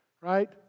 Right